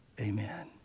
amen